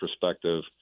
perspective